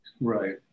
Right